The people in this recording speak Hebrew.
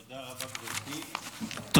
תודה רבה, גברתי.